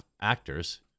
actors